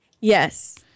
yes